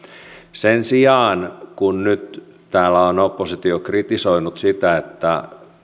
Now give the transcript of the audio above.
sen sijaan kun nyt täällä on oppositio kritisoinut sitä että